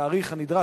בתאריך הנדרש,